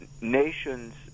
nations